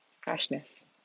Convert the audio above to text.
freshness